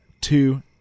two